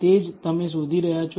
તે જ તમે શોધી રહ્યા છો